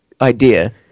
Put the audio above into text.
idea